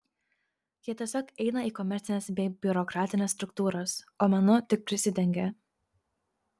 jie tiesiog eina į komercines bei biurokratines struktūras o menu tik prisidengia